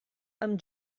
amb